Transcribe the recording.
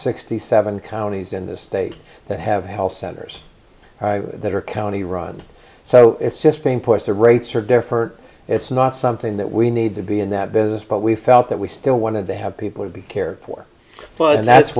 sixty seven counties in this state that have health centers that are county run so it's just being pushed the rates are different it's not something that we need to be in that business but we felt that we still wanted to have people be cared for but that's